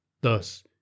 Thus